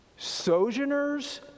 Sojourners